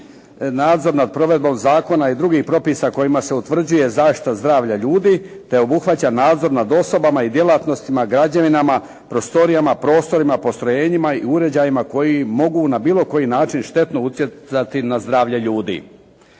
nadzor nad provedbom zakona i drugih propisa kojima se utvrđuje zaštita zdravlja ljudi, te obuhvaća nadzor nad osobama i djelatnostima, građevinama, prostorijama, prostorima, postrojenjima i uređajima koji mogu na bilo koji način štetno utjecati na zdravlje ljudi.